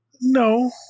no